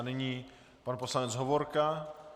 Nyní pan poslanec Hovorka.